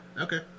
Okay